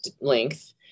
length